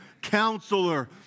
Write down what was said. Counselor